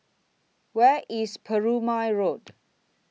Where IS Perumal Road